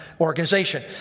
organization